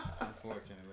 Unfortunately